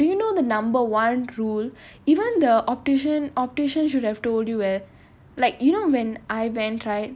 oh my god do you know the number one rule even the optician optician should have told you man like you know when I went right